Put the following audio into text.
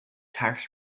tax